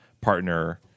partner